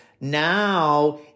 now